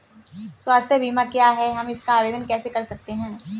स्वास्थ्य बीमा क्या है हम इसका आवेदन कैसे कर सकते हैं?